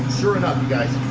sure enough you guys.